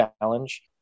challenge